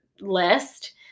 list